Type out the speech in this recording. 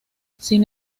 sin